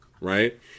right